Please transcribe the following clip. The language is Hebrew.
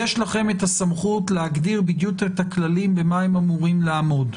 יש לכם את הסמכות להגדיר בדיוק את הכללים ובמה הם אמורים לעמוד.